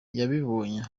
yabibonye